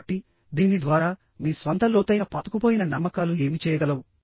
కాబట్టి దీని ద్వారా మీ స్వంత లోతైన పాతుకుపోయిన నమ్మకాలు ఏమి చేయగలవు